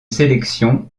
sélection